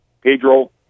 Pedro